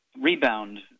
rebound